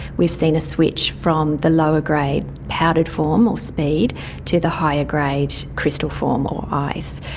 we've seen a switch from the lower grade powered form or speed to the higher grade crystal form or ice.